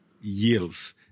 yields